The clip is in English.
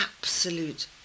absolute